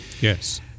Yes